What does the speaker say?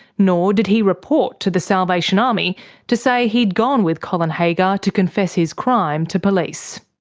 nor did he report to the salvation army to say he had gone with colin haggar to confess his crime to police.